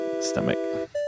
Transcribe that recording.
stomach